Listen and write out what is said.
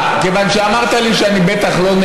עברה בקריאה טרומית ועוברת לוועדת החוקה,